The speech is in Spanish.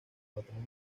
cuatro